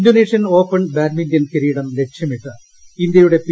Indonesian open badminton കിരീടം ലക്ഷ്യമിട്ട് ഇന്ത്യയുടെ പി